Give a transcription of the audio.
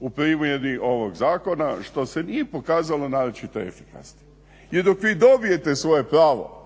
u primjeni ovog zakona što se nije pokazalo naročito efikasnim. Jer dok vi dobijete svoje pravo